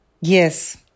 yes